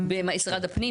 במשרד הפנים?